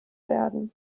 werden